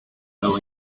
nuevo